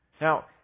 Now